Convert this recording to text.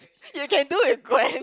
you can do with Gwen